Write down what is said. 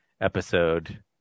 episode